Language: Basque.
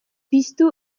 piztu